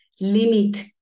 limit